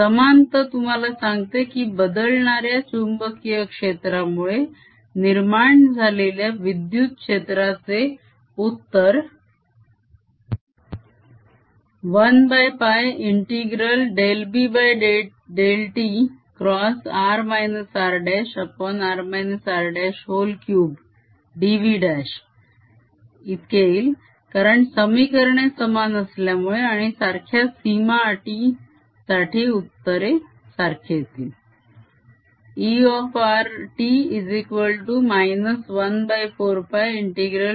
समानता तुम्हाला सांगते की बदलणाऱ्या चुंबकीय क्षेत्रामुळे निर्माण झालेल्या विद्युत क्षेत्राचे उत्तर 1π∫Br∂t×r rr r3dV' कारण समीकरणे समान असल्यामुळे आणि सारख्या सीमा अटी साठी उत्तर सारखे येईल